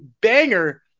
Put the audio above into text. banger